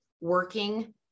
working